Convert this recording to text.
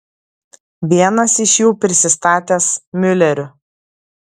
vienas iš jų prisistatęs miuleriu